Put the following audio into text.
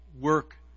work